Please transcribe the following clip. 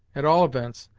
at all events,